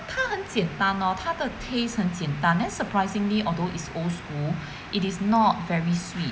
他很简单 lor 他的 taste 很简单 then surprisingly although it's old school it is not very sweet